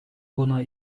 buna